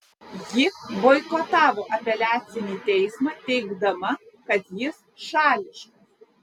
ji boikotavo apeliacinį teismą teigdama kad jis šališkas